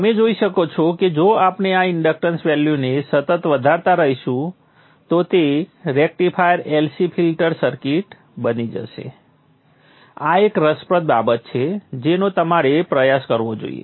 તમે જોઈ શકો કે જો આપણે આ ઇન્ડક્ટન્સ વેલ્યુને સતત વધારતા રહીશું તો તે રેક્ટિફાયર LC ફિલ્ટર સર્કિટ બની જશે આ એક રસપ્રદ બાબત છે જેનો તમારે પ્રયાસ કરવો જોઈએ